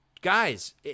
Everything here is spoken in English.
guys